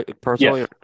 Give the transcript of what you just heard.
personally